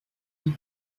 qui